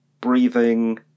breathing